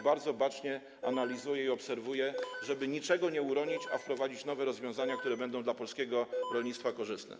Bardzo bacznie to analizuję i obserwuję, żeby niczego nie uronić, a wprowadzić nowe rozwiązania, które będą dla polskiego rolnictwa korzystne.